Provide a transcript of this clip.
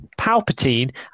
Palpatine